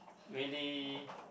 really